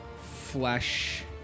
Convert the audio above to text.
flesh